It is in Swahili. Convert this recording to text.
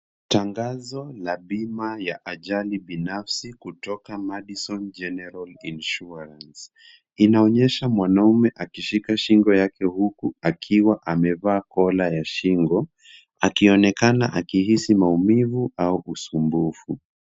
Tangazo la bima ya ajali binafsi kutoka Madison general insurance inaonyesha mwanaume akishika shingo yake huku akiwa amevaa kola ya shingo akionekana akihisi maumivu au usumbufu.